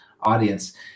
audience